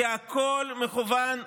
כי הכול מכוון לשם.